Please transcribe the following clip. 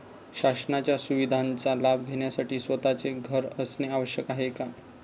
शासनाच्या सुविधांचा लाभ घेण्यासाठी स्वतःचे घर असणे आवश्यक आहे का?